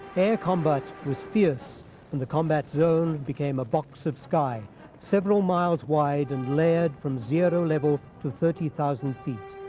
air combat was fierce and the combat zone became a box of sky several miles wide and layered from zero level to thirty thousand feet.